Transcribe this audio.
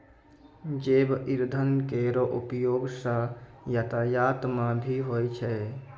जैव इंधन केरो उपयोग सँ यातायात म भी होय छै